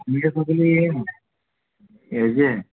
मिर सगले हेजे